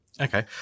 Okay